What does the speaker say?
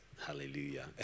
hallelujah